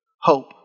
hope